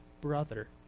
brother